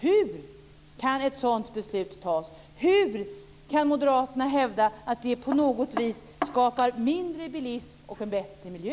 Hur kan ett sådant beslut fattas? Hur kan moderaterna hävda att det skapar mindre bilism och bättre miljö?